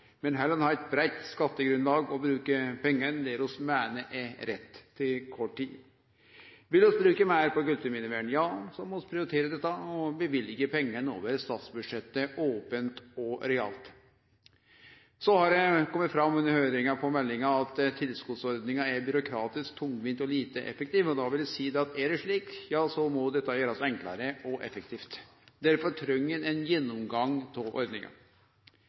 men heller å ha eit breitt skattegrunnlag og bruke pengane der vi meiner er rett til kvar tid. Vil vi bruke meir på kulturminnevern, må vi prioritere det og løyve pengane over statsbudsjettet, opent og realt. Det har kome fram under høyringane om meldinga at tilskotsordninga er byråkratisk, tungvinn og lite effektiv. Er det slik, må det gjerast enklare og effektivt. Derfor treng ein ein gjennomgang av ordninga.